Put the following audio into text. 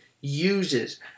uses